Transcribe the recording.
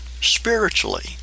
spiritually